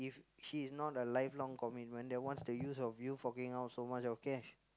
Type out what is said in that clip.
if she is not a life long commitment then what's the use of you forking out so much of cash